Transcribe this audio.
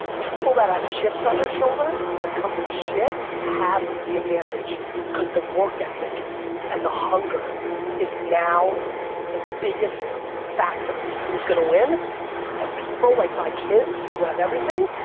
people that have chips on their shoulder, that come from shit, have the advantage cause the work ethic and the hunger is now the biggest factor in who's gonna win and people like my kids, who have everything,